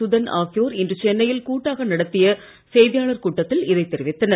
சுதன் ஆகியோர் இன்று சென்னையில் கூட்டாக நடத்திய செய்தியாளர் கூட்டத்தில் இதை தெரிவித்தனர்